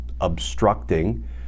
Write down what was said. obstructing